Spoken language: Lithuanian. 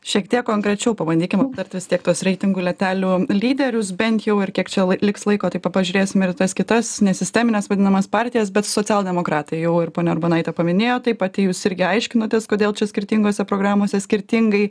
šiek tiek konkrečiau pabandykim aptart vis tiek tuos reitingų lentelių lyderius bent jau ir kiek čia liks laiko tai pa pažiūrėsim ir į tas kitas nesistemines vadinamas partijas bet socialdemokratai jau ir ponia urbonaitė paminėjo tai pati jūs irgi aiškinotės kodėl čia skirtingose programose skirtingai